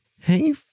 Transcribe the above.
Hey